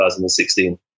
2016